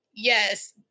Yes